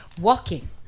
walking